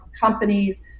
companies